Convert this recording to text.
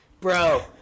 Bro